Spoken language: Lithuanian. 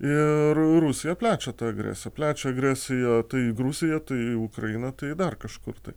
ir rusija plečia tą agresiją plečia agresiją tai į gruziją tai į ukrainą tai į dar kažkur tai